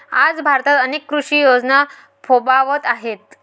आज भारतात अनेक कृषी योजना फोफावत आहेत